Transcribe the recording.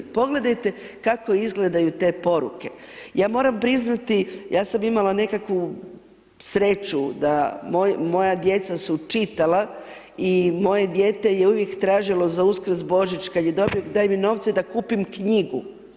Pogledajte kako izgledaju te poruke, ja moram priznati, ja sam imala nekakvu sreću da moja djeca su čitala i moje dijete je uvijek tražilo za Uskrs, Božić kad je dobio daj mi novce da kupim knjigu.